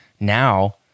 Now